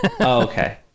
okay